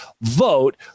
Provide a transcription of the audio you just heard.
vote